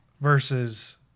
versus